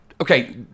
okay